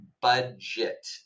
budget